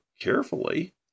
carefully